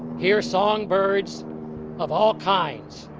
hear songbirds of all kinds,